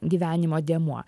gyvenimo dėmuo